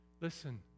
Listen